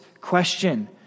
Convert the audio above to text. question